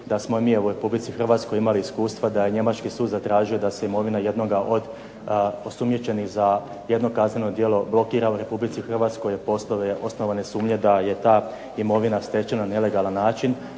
da smo mi u Republici Hrvatskoj imali iskustva da je njemački sud zatražio da se imovina jednoga od osumnjičenih za jedno kazneno djelo blokira u Republici Hrvatskoj jer postoje osnovane sumnje da je ta imovina stečena na nelegalan način.